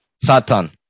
Satan